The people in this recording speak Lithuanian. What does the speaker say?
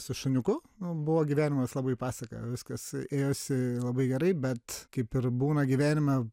su šuniuku buvo gyvenimas labai pasaka viskas ėjosi labai gerai bet kaip ir būna gyvenime